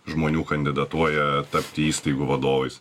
žmonių kandidatuoja tapti įstaigų vadovais